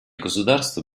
государств